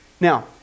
Now